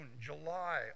July